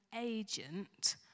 agent